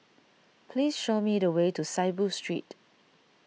please show me the way to Saiboo Street